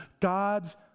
God's